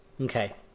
Okay